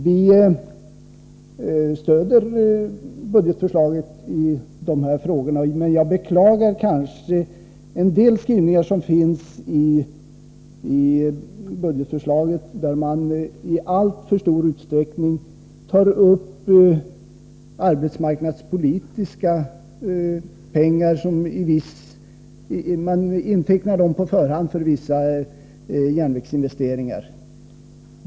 Vi stöder alltså budgetförslaget i dessa frågor. Jag beklagar dock något en del skrivningar i budgetförslaget, där man i alltför stor utsträckning på förhand intecknar arbetsmarknadspolitiska pengar för vissa järnvägsinvesteringar.